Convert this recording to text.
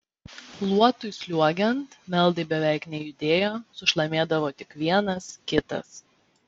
luotui sliuogiant meldai beveik nejudėjo sušlamėdavo tik vienas kitas